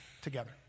together